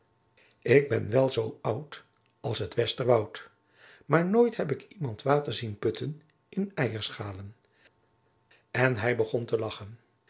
ik ben wel zoo oud als het westerwoud maar nooit heb ik iemand water zien putten in eierschalen en hij begon te lachen